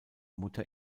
mutter